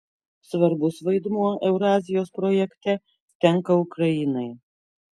svarbus vaidmuo eurazijos projekte tenka ukrainai